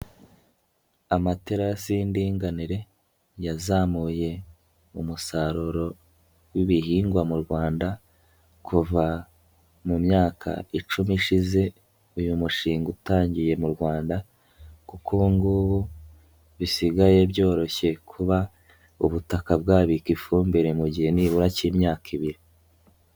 Amaterasi y'indinganire yazamuye umusaruro w'ibihingwa mu Rwanda kuva mu myaka icumi ishize uyu mushinga utangiye mu Rwanda kuko ubu ngubu bisigaye byoroshye kuba ubutaka bwabika ifumbire mu gihe nibura k'imyaka ibiri.